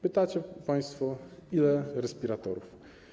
Pytacie państwo, ile respiratorów.